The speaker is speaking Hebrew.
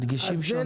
הדגשים שונים.